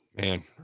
Man